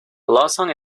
lawson